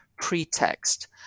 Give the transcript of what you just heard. Pretext